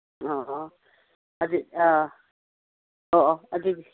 ꯑꯣ ꯑꯗꯨ ꯑꯥ ꯑꯣ ꯑꯣ ꯑꯗꯨꯗꯤ